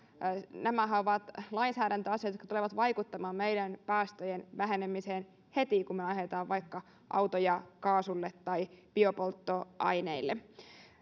nämähän ovat lainsäädäntöasioita jotka tulevat vaikuttamaan meidän päästöjemme vähenemiseen heti kun me vaihdamme autoja vaikka kaasulle tai biopolttoaineille